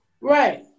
Right